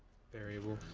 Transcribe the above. variable.